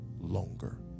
longer